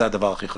זה הדבר הכי חשוב.